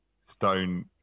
stone